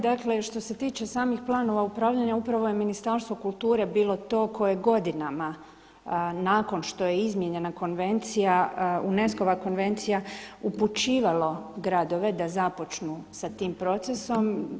Dakle, što se tiče samih planova upravljanja upravo je Ministarstvo kulture bilo to koje je godinama nakon što je izmijenjena konvencija UNESCO-va konvencija upućivalo gradove da započnu sa tim procesom.